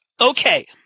okay